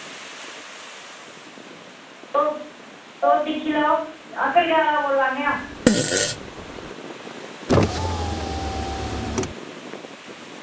आहो तुस दिक्खी लैओ अस कड़क्याला बोला ने आं